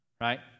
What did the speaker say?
right